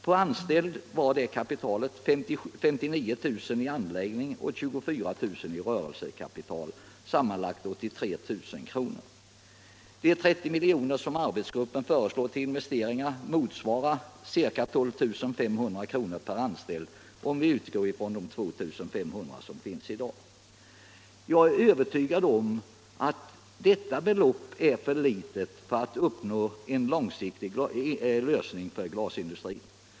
Per anställd var det 59 000 i anläggningsoch 24 000 i rörelsekapital, dvs. sammanlagt 83 000 kr. De 30 milj.kr. som arbetsgruppen föreslår till investeringar motsvarar ca 12 500 kr. per anställd, om man utgår från de 2 500 sådana som i dag finns. Jag är övertygad om att detta belopp är för litet för att kunna leda till en långsiktig lösning för glasindustrin.